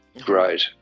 Great